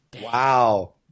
Wow